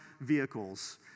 vehicles